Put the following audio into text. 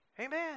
Amen